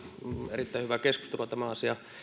erittäin hyvää keskustelua tämän asian